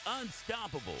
Unstoppable